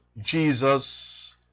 Jesus